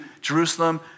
Jerusalem